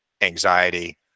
anxiety